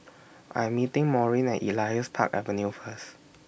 I'm meeting Maurine Elias Park Avenue First